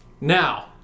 Now